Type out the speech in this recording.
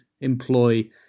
employ